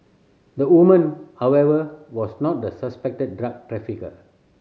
the woman however was not the suspected drug trafficker